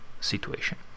situation